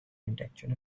intention